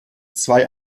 zwei